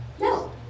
No